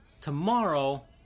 Tomorrow